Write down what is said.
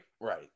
Right